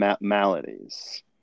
maladies